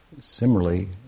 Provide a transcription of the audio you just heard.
similarly